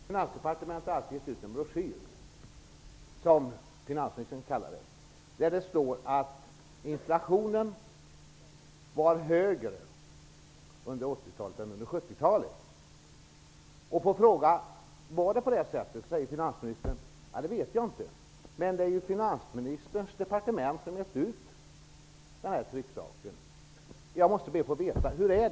Herr talman! Finansdepartementet har gett ut en broschyr, som finansministern kallar det, där det står att inflationen var högre under 80-talet än under 70-talet. På fråga om det var på det sättet säger finansministern: Det vet jag inte. Men det är finansministerns departement som har gett ut denna trycksak. Jag måste få veta hur det är.